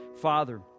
Father